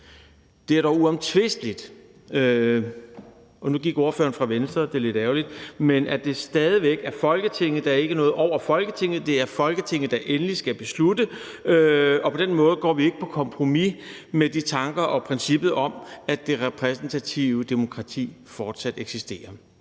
det er lidt ærgerligt – at det stadig væk er Folketinget, for der er ikke noget over Folketinget, der endeligt skal tage beslutningerne, og på den måde går vi ikke på kompromis med tankerne og princippet om, at det repræsentative demokrati fortsat eksisterer.